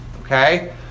Okay